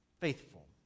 faithful